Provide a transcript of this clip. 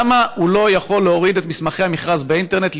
למה הוא לא יכול להוריד את מסמכי המכרז באינטרנט,